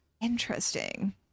Interesting